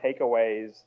takeaways